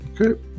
Okay